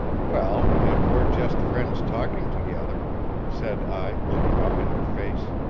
well, if we're just friends talking together said i, looking up in her face.